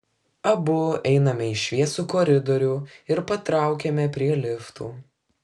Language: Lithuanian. abu einame į šviesų koridorių ir patraukiame prie liftų